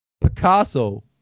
Picasso